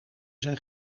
zijn